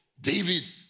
David